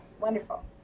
Wonderful